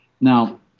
now